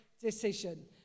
decision